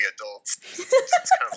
adults